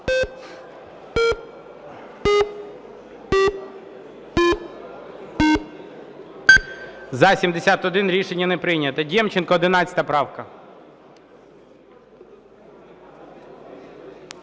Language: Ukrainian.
За-71 Рішення не прийнято. Демченко, 11 правка.